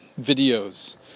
videos